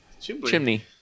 Chimney